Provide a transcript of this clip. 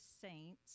saints